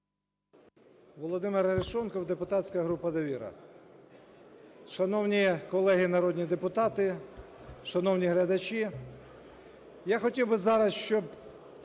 Володимир Арешонков, депутатська група "Довіра". Шановні колеги народні депутати! Шановні глядачі! Я хотів би зараз, щоб